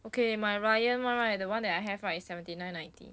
okay my ryan one right the one that I have right is seventy nine ninety